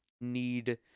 need